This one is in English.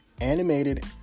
animated